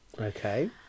Okay